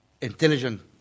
intelligent